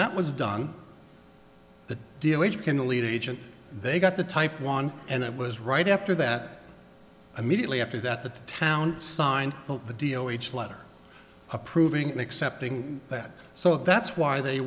that was done the deal which can lead to agent they got the type one and it was right after that immediately after that the town signed the deal which letter approving accepting that so that's why they